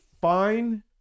fine